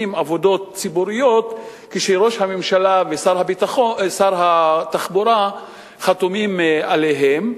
עבודות ציבוריות כשראש הממשלה ושר התחבורה חתומים עליהן.